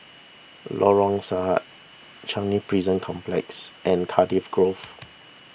Lorong Sahad Changi Prison Complex and Cardiff Grove